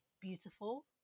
beautiful